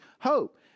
hope